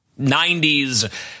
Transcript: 90s